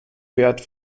wert